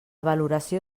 valoració